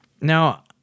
Now